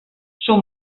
són